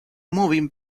moving